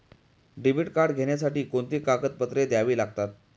Debit card घेण्यासाठी कोणती कागदपत्रे द्यावी लागतात?